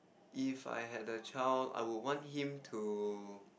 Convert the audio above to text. if I had a child I would want him to